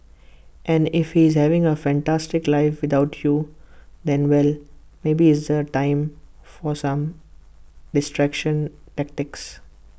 and if he's having A fantastic life without you then well maybe it's A time for some distraction tactics